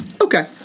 Okay